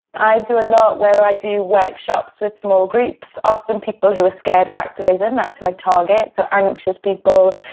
i do a lot where i do workshops with small groups. often people who are scared of activism, that's who i target, so anxious people,